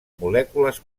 molècules